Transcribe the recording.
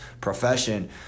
profession